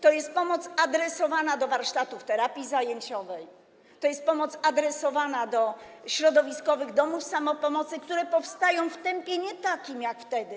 To jest pomoc adresowana do warsztatów terapii zajęciowej, to jest pomoc adresowana do środowiskowych domów samopomocy, które powstają w tempie nie takim jak wtedy.